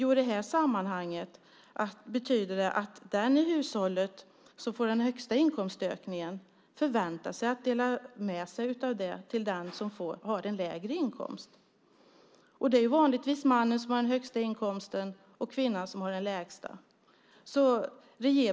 I detta sammanhang betyder det att den i hushållet som får den högsta inkomstökningen förväntas att dela med sig av den till den som har en lägre inkomst. Det är vanligtvis mannen som har den högsta inkomsten och kvinnan som har den lägsta.